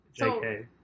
Jk